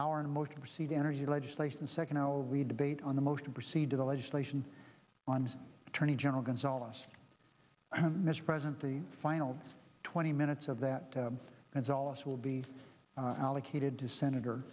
hour and most receive energy legislation second hour read debate on the most proceed to the legislation on attorney general gonzales mr president the final twenty minutes of that that's all us will be allocated to senator